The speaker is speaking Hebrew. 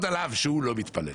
אני מקבל לפחות עליו שהוא לא מתפלל.